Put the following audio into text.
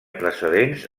precedents